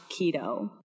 keto